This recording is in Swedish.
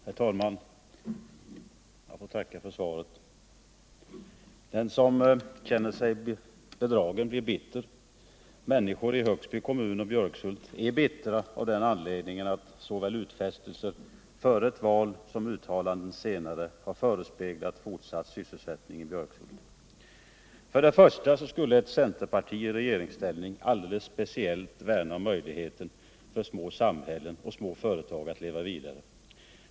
Herr talman! Jag ber att få tacka för svaret. Den som känner sig bedragen blir bitter. Människor i Högsby kommun och Björkshult är bittra av den anledningen att såväl utfästelser före ett val som uttalanden senare har förespeglat fortsatt sysselsättning i Björkshult. För det första skulle ett centerparti i regeringsställning alldeles speciellt värna om möjligheten för små samhällen och små företag att leva vidare.